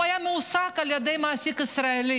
הוא היה מועסק על ידי מעסיק ישראלי.